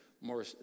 more